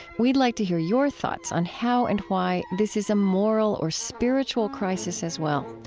we'd like to hear your thoughts on how and why this is a moral or spiritual crisis as well.